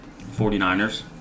49ers